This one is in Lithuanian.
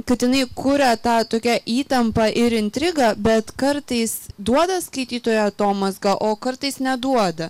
kad inai kuria tą tokią įtampą ir intrigą bet kartais duoda skaitytojui atomazgą o kartais neduoda